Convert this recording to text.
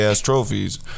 trophies